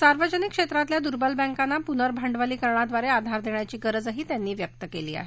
सार्वजनिक क्षेत्रातल्या दुर्बल बँकांना पुनर्भांडवलीकरणाद्वारे आधार देण्याची गरजही त्यांनी व्यक्त केली आहे